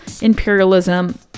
Imperialism